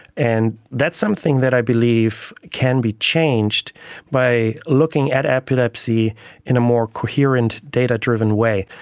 and that's something that i believe can be changed by looking at epilepsy in a more coherent data-driven way.